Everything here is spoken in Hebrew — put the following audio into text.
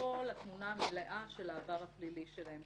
כל התמונה המלאה של העבר הפלילי שלהם,